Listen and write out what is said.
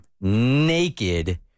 naked